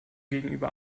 gegenüber